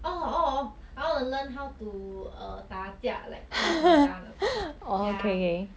oh oh oh I want to learn how to uh 打架 like krav maga those kind ya